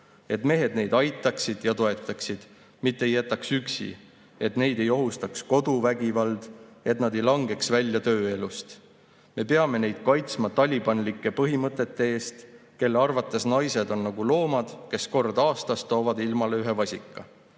Et mehed neid aitaksid ja toetaksid, mitte ei jätaks üksi, et neid ei ohustaks koduvägivald, et nad ei langeks välja tööelust. Me peame neid kaitsma talibanlike põhimõtete eest, kelle arvates naised on nagu loomad, kes kord aastas toovad ilmale ühe vasika.